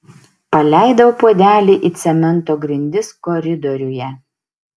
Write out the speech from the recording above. paleidau puodelį į cemento grindis koridoriuje